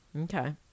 Okay